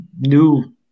new